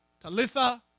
Talitha